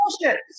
bullshit